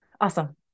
Awesome